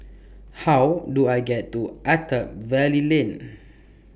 How Do I get to Attap Valley Lane